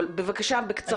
אבל בבקשה בקצרה,